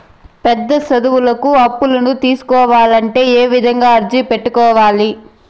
పెద్ద చదువులకు అప్పులను తీసుకోవాలంటే ఏ విధంగా అర్జీ పెట్టుకోవాలి?